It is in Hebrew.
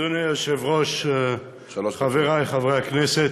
אדוני היושב-ראש, חברי חברי הכנסת,